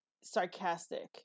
sarcastic